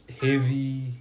heavy